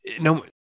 no